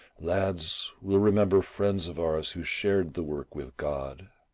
lads, we'll remember friends of ours who shared the work with god.